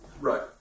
Right